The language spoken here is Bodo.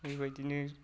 बेबायदिनो